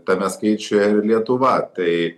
tame skaičiuje ir lietuva tai